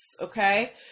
Okay